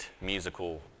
musical